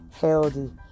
healthy